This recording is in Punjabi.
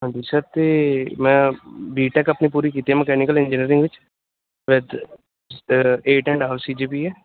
ਹਾਂਜੀ ਸਰ ਅਤੇ ਮੈਂ ਬੀਟੈਕ ਆਪਣੀ ਪੂਰੀ ਕੀਤੀ ਮਕੈਨੀਕਲ ਇੰਜੀਨੀਅਰਿੰਗ ਵਿੱਚ with eight and half C G P ਹੈ